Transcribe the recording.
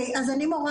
אני מורה